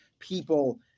people